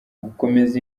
gukomeza